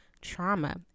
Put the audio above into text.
trauma